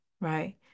right